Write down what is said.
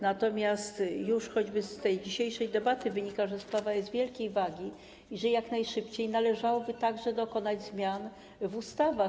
Natomiast już choćby z tej dzisiejszej debaty wynika, że sprawa jest wielkiej wagi i że jak najszybciej należałoby także dokonać zmian w ustawach.